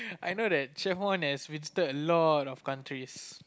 I know that chef one has been to a lot of countries